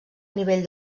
nivell